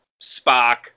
Spock